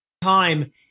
Time